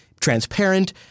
transparent